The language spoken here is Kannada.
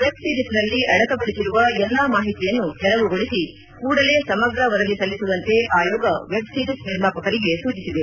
ವೆಬ್ ಸಿರೀಸ್ನಲ್ಲಿ ಅಡಕಗೊಳಿಸಿರುವ ಎಲ್ಲಾ ಮಾಹಿತಿಯನ್ನು ತೆರವುಗೊಳಿಸಿ ಕೂಡಲೇ ಸಮಗ್ರ ವರದಿ ಸಲ್ಲಿಸುವಂತೆ ಆಯೋಗ ವೆಬ್ ಸಿರೀಸ್ ನಿರ್ಮಾಪಕರಿಗೆ ಸೂಚಿಸಿದೆ